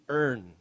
earn